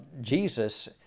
Jesus